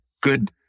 good